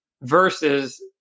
versus